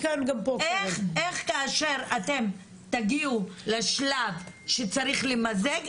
כאשר אתם תגיעו לשלב שצריך למזג,